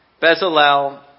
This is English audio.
Bezalel